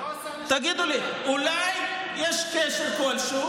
תגידו, אולי יש קשר כלשהו,